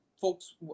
folks